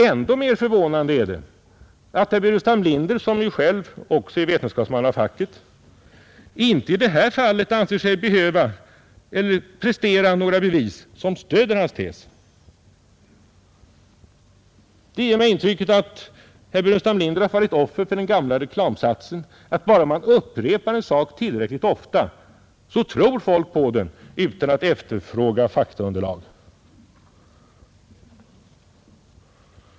Ändå mera förvånande är det att herr Burenstam Linder som själv också är vetenskapsman av facket inte i det här fallet anser sig behöva prestera några bevis som stöder hans tes. Det ger mig intrycket att herr Burenstam Linder har fallit offer för den gamla reklamsatsen att bara man upprepar en sak tillräckligt ofta så tror folk på den utan att efterfråga faktaunderlag.